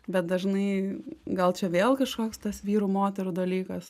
bet dažnai gal čia vėl kažkoks tas vyrų moterų dalykas